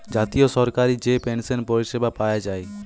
জাতীয় সরকারি যে পেনসন পরিষেবা পায়া যায়